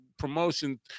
promotion